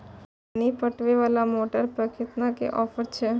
पानी पटवेवाला मोटर पर केतना के ऑफर छे?